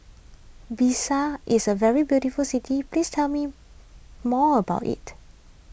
Bissau is a very beautiful city please tell me more about it